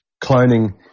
cloning